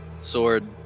sword